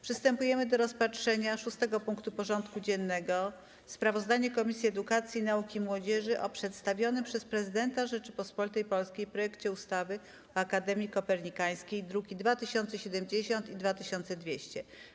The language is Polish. Przystępujemy do rozpatrzenia punktu 6. porządku dziennego: Sprawozdanie Komisji Edukacji, Nauki i Młodzieży o przedstawionym przez Prezydenta Rzeczypospolitej Polskiej projekcie ustawy o Akademii Kopernikańskiej (druki nr 2070 i 2200)